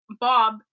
bob